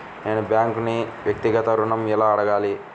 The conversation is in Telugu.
నేను బ్యాంక్ను వ్యక్తిగత ఋణం ఎలా అడగాలి?